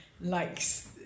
likes